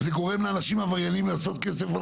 זה גורם לאנשים עבריינים לעשות כסף על